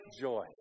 joy